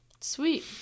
sweet